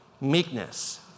meekness